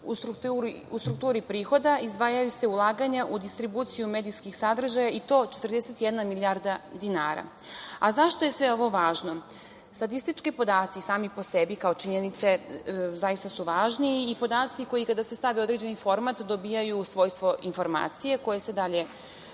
U strukturi prihoda izdvajaju se ulaganja u distribuciju medijskih sadržaja i to 41 milijarda dinara.Zašto je sve ovo važno? Statistički podaci sami po sebi kao činjenica zaista su važni i podaci koji kada se stave u određeni format, dobijaju svojstvo informacije koje se dalje